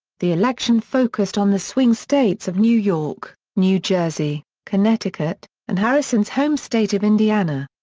the election focused on the swing states of new york, new jersey, connecticut, and harrison's home state of indiana.